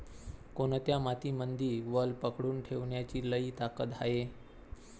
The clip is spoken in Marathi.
कोनत्या मातीमंदी वल पकडून ठेवण्याची लई ताकद हाये?